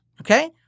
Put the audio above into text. okay